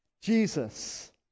Jesus